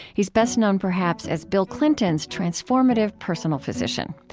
he's best known, perhaps, as bill clinton's transformative personal physician.